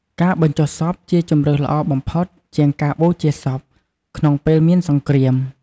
ការបញ្ចុះសពជាជម្រើសល្អបំផុតជាងការបូជាសព ក្នុងពេលមានសង្គ្រាម។